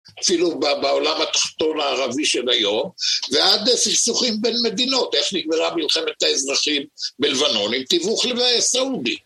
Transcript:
אפילו בעולם התחתון הערבי של היום ועד סיכסוכים בין מדינות איך נגמרה מלחמת האזרחים בלבנון עם תיווך סעודי